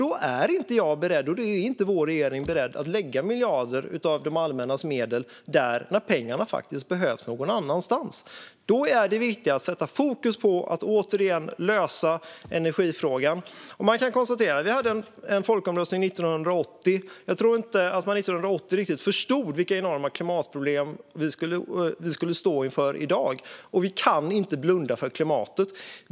Då är inte jag och vår regering beredda att lägga miljarder av det allmännas medel där, när pengarna faktiskt behövs någon annanstans. Då är det viktigaste att sätta fokus på att återigen lösa energifrågan. Vi hade en folkomröstning 1980. Jag tror inte att man 1980 riktigt förstod vilka enorma klimatproblem vi skulle stå inför i dag. Och vi kan inte blunda för klimatet.